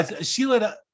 Sheila